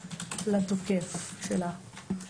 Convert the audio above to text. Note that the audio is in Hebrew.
לתוקף שלה.